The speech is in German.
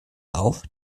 auf